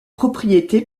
propriété